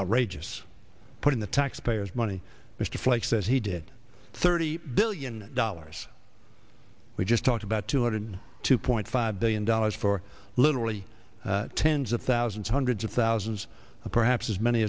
outrageous put in the taxpayers money mr flake says he did thirty billion dollars we just talked about two hundred two point five billion dollars for literally tens of thousands hundreds of thousands of perhaps as many